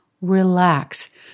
Relax